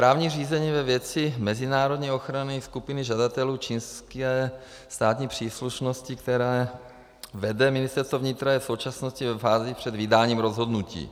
Správní řízení ve věci mezinárodní ochrany skupiny žadatelů čínské státní příslušnosti, které vede Ministerstvo vnitra, je v současnosti ve fázi před vydáním rozhodnutí.